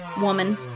woman